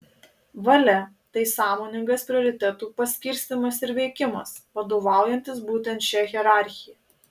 valia tai sąmoningas prioritetų paskirstymas ir veikimas vadovaujantis būtent šia hierarchija